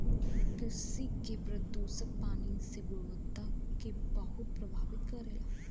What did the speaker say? कृषि के प्रदूषक पानी के गुणवत्ता के बहुत प्रभावित करेला